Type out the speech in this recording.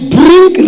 bring